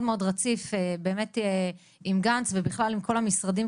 מאוד רציף באמת עם גנץ ובכלל עם כל המשרדים,